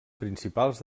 principals